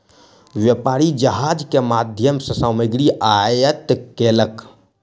व्यापारी जहाज के माध्यम सॅ सामग्री आयात केलक